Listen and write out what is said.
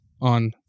on